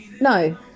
no